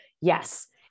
Yes